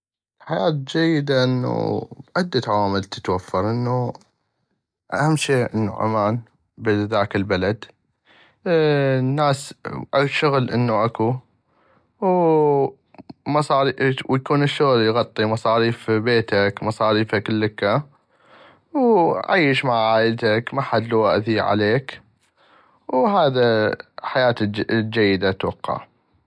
الحياة الجيدة انو عدة عوامل تتوفر انو اهم شي انو امان بهذاك البلد الناس شغل انو اكو وومصاريف انو يكون الشغل يغطي مصاريف بيتك مصاريفك لكَ وعيش مع عائلتك محد لو اذي عليك وهذا الحياة الجيدة اتوقع.